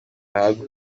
bahabwa